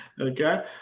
Okay